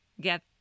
get